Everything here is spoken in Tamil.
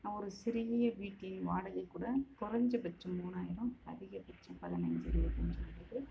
ஒரு சிறிய வீட்டில் வாடகைக்கூட குறைஞ்சபட்சம் மூணாயிரம் அதிகபட்சம் பதினஞ்சு இருவத்தஞ்சு உள்ளது